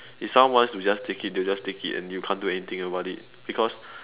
if someone wants to just take it they'll just take it and you can't do anything about it because